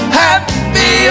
happy